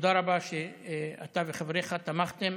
תודה רבה שאתה וחבריך תמכתם